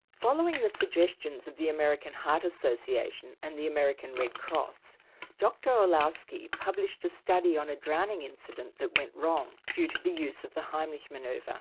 following the suggestions of the american heart association and the american red cross dr orlowski published a study on a drowning incident that went wrong due to the use of the heimlich manoeuvre. yeah